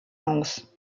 aus